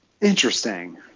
Interesting